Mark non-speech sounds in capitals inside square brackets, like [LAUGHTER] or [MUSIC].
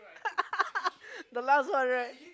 [LAUGHS] the last one right